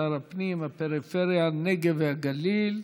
שר הפנים ושר הפריפריה הנגב והגליל.